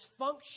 dysfunction